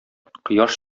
кояш